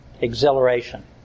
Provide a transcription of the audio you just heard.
Exhilaration